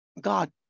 God